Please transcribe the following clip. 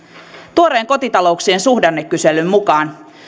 tuoreen kotitalouksien suhdannekyselyn mukaan